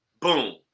boom